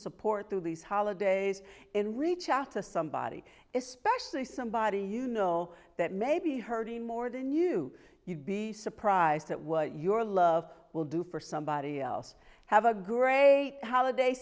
support through these holidays and reach out to somebody especially somebody you know that may be hurting more than you you'd be surprised at what your love will do for somebody else have a great holiday